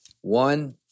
one